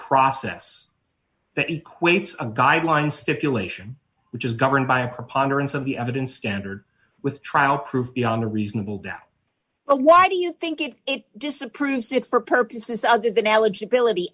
process that equates a guideline stipulation which is governed by a preponderance of the evidence standard with trial proof beyond a reasonable doubt a why do you think it it disapproves it for purposes other than eligibility